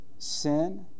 Sin